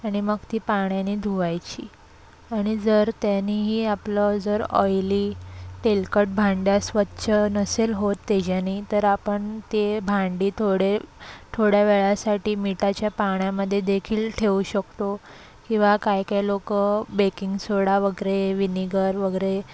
आणि मग ती पाण्यानी धुवायची आणि जर त्यानीही आपलं जर ऑइली तेलकट भांडं स्वच्छ नसेल होत तेजानी तर आपण ते भांडी थोडे थोड्यावेळासाठी मिठाच्या पाण्यामध्ये देखील ठेवू शकतो किंवा काही काही लोक बेकिंग सोडा वगैरे विनिगर वगैरे